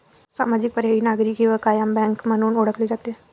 सामाजिक, पर्यायी, नागरी किंवा कायम बँक म्हणून ओळखले जाते